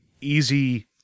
easy